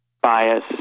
bias